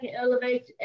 elevate